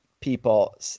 people